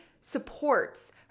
supports